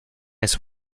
his